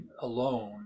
alone